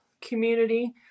community